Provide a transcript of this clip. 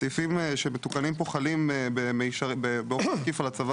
הסעיפים שמתוקנים פה חלים באופן עקיף על הצבא